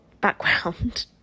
background